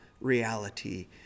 reality